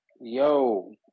Yo